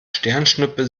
sternschnuppe